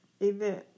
event